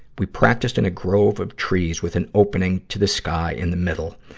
we practiced in a grove of trees with an opening to the sky in the middle.